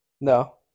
No